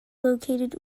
located